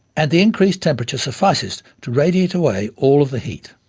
and the increased temperature suffices to radiate away all of the heat.